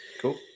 Cool